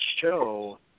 show